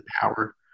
power